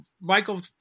Michael